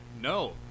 no